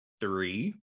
three